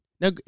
Now